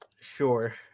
Sure